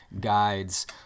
guides